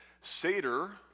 Seder